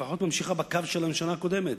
לפחות שהיתה ממשיכה בקו של הממשלה הקודמת: